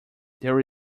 there